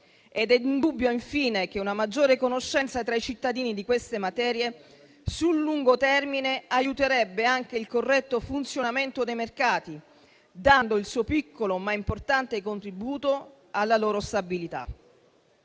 È indubbio, infine, che una maggior conoscenza tra i cittadini di queste materie sul lungo termine aiuterebbe anche il corretto funzionamento dei mercati, dando il suo piccolo, ma importante contributo alla loro stabilità.